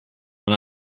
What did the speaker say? when